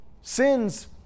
Sin's